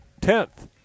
tenth